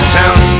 town